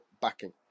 backing